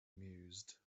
mused